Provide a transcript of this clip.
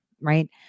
right